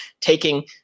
taking